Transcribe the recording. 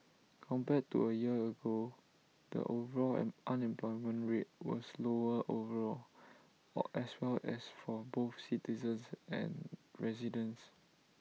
compared to A year ago the overall unemployment rate was lower overall as well as for both citizens and residents